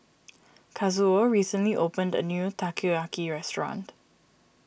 Kazuo recently opened a new Takoyaki restaurant